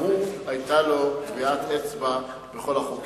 גם הוא היתה לו טביעת אצבע בכל החוקים.